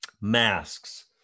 Masks